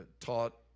taught